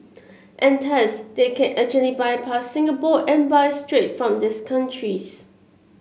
and thus they can actually bypass Singapore and buy straight from these countries